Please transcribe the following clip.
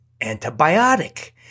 antibiotic